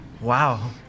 Wow